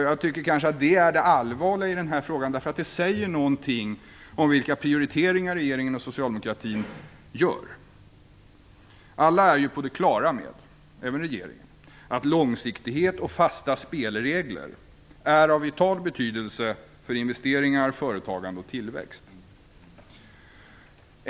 Jag tycker nog att detta är det allvarliga i den här frågan, eftersom det säger någonting om vilka prioriteringar regeringen och socialdemokratin gör. Alla, även regeringen, är ju på det klara med att långsiktighet och fasta spelregler är av vital betydelse för investeringar, företagande och tillväxt.